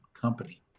company